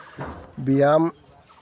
ᱵᱮᱭᱟᱢ